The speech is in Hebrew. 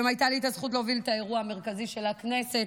היום הייתה לי הזכות להוביל את האירוע המרכזי של הכנסת.